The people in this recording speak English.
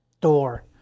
door